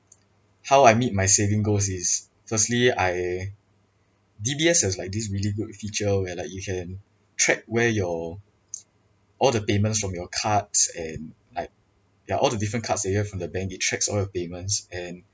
how I meet my saving goals is firstly I D_B_S has like this really good feature where like you can track where your all the payments from your cards and like ya all the different cards they have from the bank it tracks all your payments and